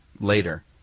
later